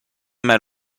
mal